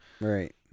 right